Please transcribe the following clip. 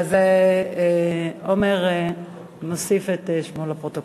עשרה בעד, אין מתנגדים.